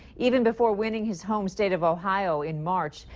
even before winning his home state of ohio in march,